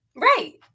Right